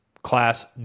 Class